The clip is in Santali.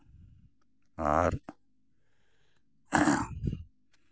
ᱟᱨ